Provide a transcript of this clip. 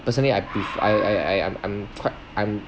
personally I pref~ I I I'm I'm quite I'm